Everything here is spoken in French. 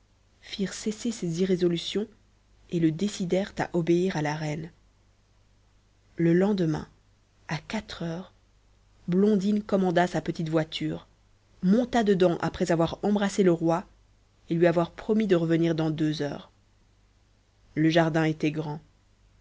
firent cesser ces irrésolutions et le décidèrent à obéir à la reine le lendemain à quatre heures blondine commanda sa petite voiture monta dedans après avoir embrassé le roi et lui avoir promis de revenir dans deux heures le jardin était grand